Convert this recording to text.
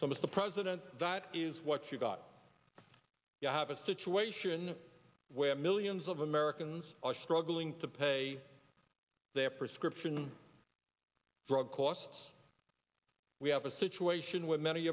some of the president that is what you've got you have a situation where millions of america ns are struggling to pay their prescription drug costs we have a situation where many